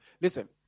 Listen